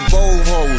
Boho